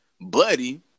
Buddy